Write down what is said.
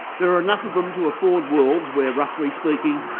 there are enough of them to afford worlds where, roughly speaking,